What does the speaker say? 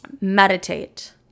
meditate